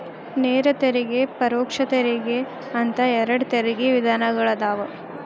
ನೇರ ತೆರಿಗೆ ಪರೋಕ್ಷ ತೆರಿಗೆ ಅಂತ ಎರಡ್ ತೆರಿಗೆ ವಿಧಗಳದಾವ